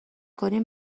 کنیم